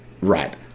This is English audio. right